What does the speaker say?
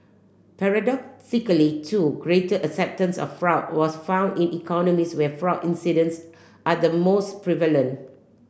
paradoxically too greater acceptance of fraud was found in economies where fraud incidents are the most prevalent